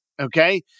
Okay